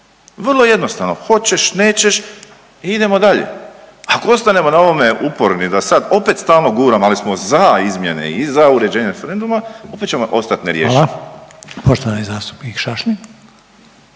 Vrlo jednostavno hoćeš, nećeš i idemo dalje. Ako ostanemo na ovome uporni da sad opet stalo guramo ali smo za izmjene i za uređenje referenduma opet ćemo ostati neriješeni. **Reiner, Željko (HDZ)** Poštovani zastupnik Šašlin.